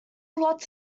lots